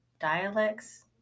dialects